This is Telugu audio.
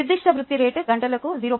నిర్దిష్ట వృద్ధి రేటు గంటకు 0